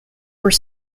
were